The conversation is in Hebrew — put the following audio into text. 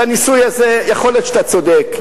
בניסוי הזה יכול להיות שאתה צודק,